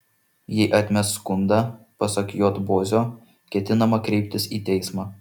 jei atmes skundą pasak j bozio ketinama kreiptis į teismą